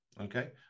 okay